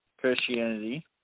Christianity